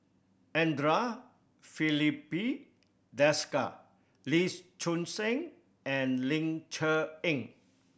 Andre Filipe Desker Lee Choon Seng and Ling Cher Eng